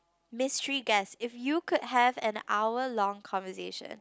mystery guest if you could have an hour long conversation